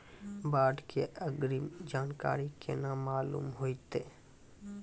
बाढ़ के अग्रिम जानकारी केना मालूम होइतै?